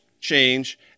change